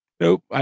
Nope